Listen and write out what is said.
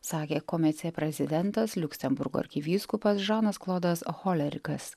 sakė komc prezidentas liuksemburgo arkivyskupas žanas klodas holerikas